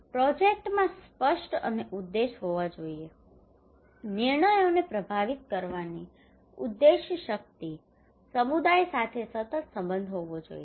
પ્રોજેક્ટમાં સ્પષ્ટ અને ઉદ્દેશો હોવા જોઈએ નિર્ણયોને પ્રભાવિત કરવાની ઉદ્દેશ્ય શક્તિ સમુદાય સાથે સતત સંબંધ હોવો જોઈએ